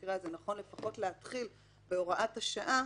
שבמקרה הזה נכון לפחות להתחיל בהוראת שעה